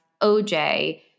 OJ